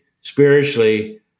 spiritually